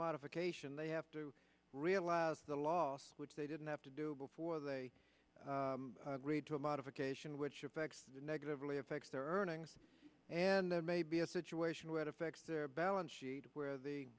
modification they have to realize the loss which they didn't have to do before they read to a modification which affects negatively affects their earnings and there may be a situation where affects their balance sheet where the